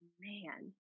man